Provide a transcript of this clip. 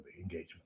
engagement